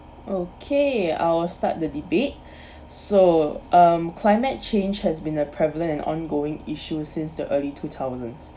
okay I'll start the debate so um climate change has been a prevalent and ongoing issue since the early two thousands